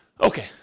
Okay